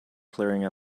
clearing